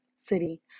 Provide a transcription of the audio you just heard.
city